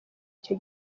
icyo